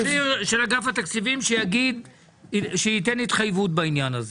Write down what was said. מישהו בכיר מאגף התקציבים שייתן התחייבות בעניין הזה.